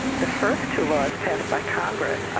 the first two laws passed by congress, ah